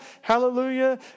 hallelujah